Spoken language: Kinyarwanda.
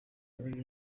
ari